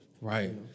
Right